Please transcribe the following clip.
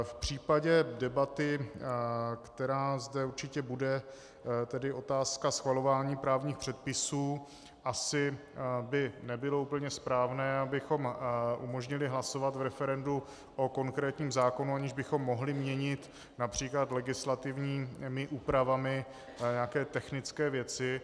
V případě debaty, která zde určitě bude, tedy otázka schvalování právních předpisů, asi by nebylo úplně správné, abychom umožnili hlasovat v referendu o konkrétním zákonu, aniž bychom mohli měnit například legislativními úpravami nějaké technické věci.